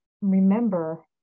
remember